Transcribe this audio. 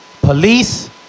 Police